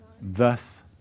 Thus